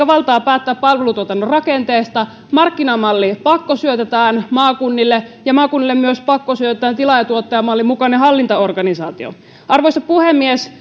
valtaa päättää palvelutuotannon rakenteesta markkinamallia pakkosyötetään maakunnille ja maakunnille myös pakkosyötetään tilaaja tuottaja mallin mukainen hallintaorganisaatio arvoisa puhemies